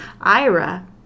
Ira